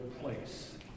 place